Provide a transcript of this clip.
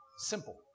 Simple